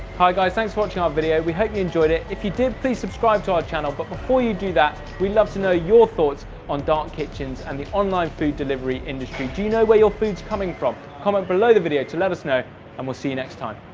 hi guys, thanks for watching our video. we hope you enjoyed it. if you did please subscribe to our channel but before you do that we'd love to know your thoughts on dark kitchens and the online food delivery industry. do you know where your food's coming from? comment below the video to let us know and we'll see you next time.